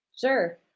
Sure